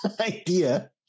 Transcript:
idea